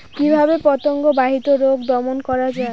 কিভাবে পতঙ্গ বাহিত রোগ দমন করা যায়?